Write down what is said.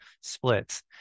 splits